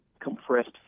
compressed